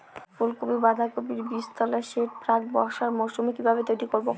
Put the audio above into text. ফুলকপি বাধাকপির বীজতলার সেট প্রাক বর্ষার মৌসুমে কিভাবে তৈরি করব?